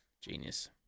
genius